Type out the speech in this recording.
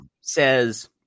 says